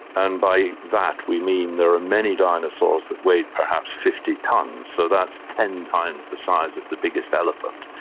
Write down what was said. and by that we mean there are many dinosaurs that weighed perhaps fifty tonnes, so that's ten times the size of the biggest elephant,